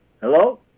Hello